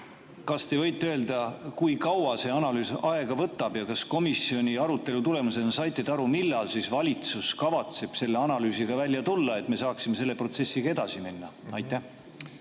Kas te võite öelda, kui kaua see analüüs aega võtab? Kas komisjoni arutelu tulemusena saite te aru, millal valitsus kavatseb selle analüüsiga välja tulla, et me saaksime selle protsessiga edasi minna? Aitäh!